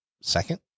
second